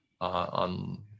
on